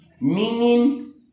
meaning